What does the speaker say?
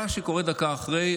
מה שקורה דקה אחרי,